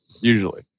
Usually